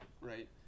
Right